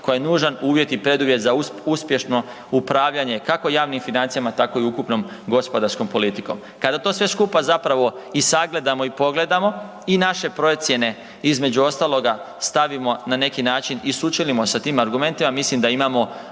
koja je nužan uvjet i preduvjet za uspješno upravljanje kako javnim financijama tako i ukupnom gospodarskom politikom. Kada sve to skupa zapravo i sagledamo i pogledamo i naše procjene između ostaloga stavimo na neki i sučelimo sa tim argumentima mislim da imamo